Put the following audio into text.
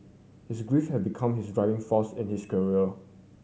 his grief have become his driving force in his career